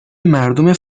مردم